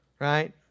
right